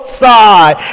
side